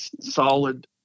solid